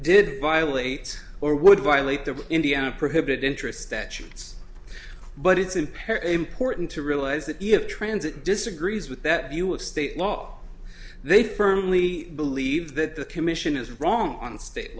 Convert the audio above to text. did violate or would violate the indiana prohibit interest statutes but it's impair important to realize that if transit disagrees with that view of state law they firmly believe that the commission is wrong on state